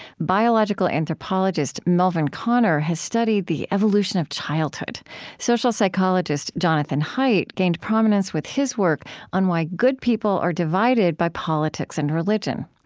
biological anthropologist melvin konner has studied the evolution of childhood social psychologist jonathan haidt gained prominence with his work on why good people are divided by politics and religion.